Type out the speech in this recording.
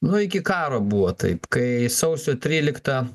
nu iki karo buvo taip kai sausio tryliktą